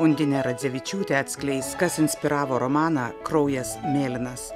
undinė radzevičiūtė atskleis kas inspiravo romaną kraujas mėlynas